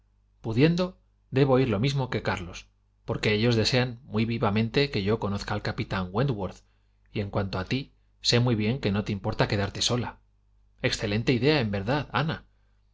pudiendo debo ir lo mismo que carlos porque ellos desean muy vivamente que yo conozca al capitán wentworth y en cuanto a ti sé muy bien que no te importa quedarte sola excelente idea en verdad aína